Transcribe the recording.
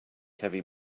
heavy